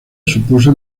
supuso